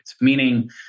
meaning